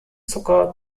zucker